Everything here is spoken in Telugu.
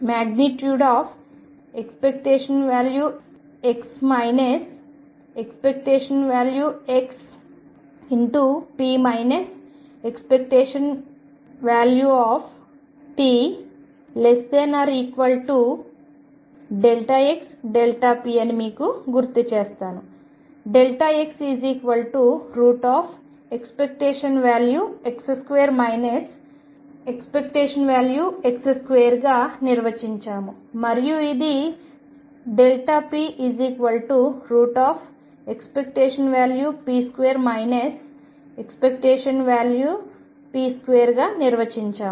⟨x ⟨x⟩p ⟨p⟩⟩xp అని మీకు గుర్తు చేస్తాను x ⟨x2 ⟨x⟩2⟩ గా నిర్వచించాము మరియు ఇది p ⟨p2 ⟨p⟩2⟩ గా నిర్వచించాము